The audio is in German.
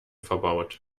verbaut